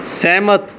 ਸਹਿਮਤ